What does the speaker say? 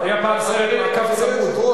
היה פעם סרט: "מעקב צמוד".